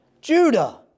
Judah